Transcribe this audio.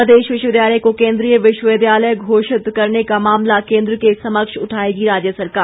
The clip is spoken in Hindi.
प्रदेश विश्वविद्यालय को केन्द्रीय विश्वविद्यालय घोषित करने का मामला केन्द्र के समक्ष उठाएगी राज्य सरकार